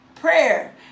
prayer